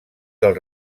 del